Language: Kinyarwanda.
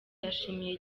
yashimiye